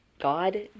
God